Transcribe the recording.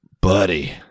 buddy